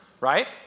right